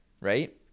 right